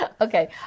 Okay